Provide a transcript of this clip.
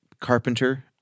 carpenter-